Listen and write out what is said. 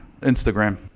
Instagram